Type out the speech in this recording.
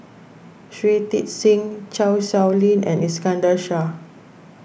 Shui Tit Sing Chan Sow Lin and Iskandar Shah